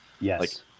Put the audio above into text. Yes